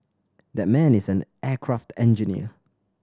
that man is an aircraft engineer